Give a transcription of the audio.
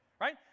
right